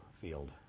field